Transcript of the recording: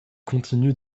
continue